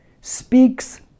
speaks